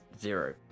Zero